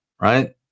Right